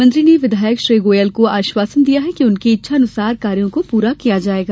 मंत्री ने विधायक श्री गोयल को आश्वासन दिया कि उनकी इच्छानुसार कार्यों को पूरा किया जाएगा